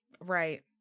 Right